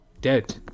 Dead